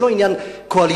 זה לא עניין קואליציוני,